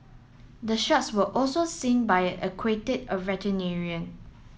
the sharks were also seen by an aquatic veterinarian